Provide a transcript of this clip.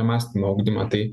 mąstymo ugdymą tai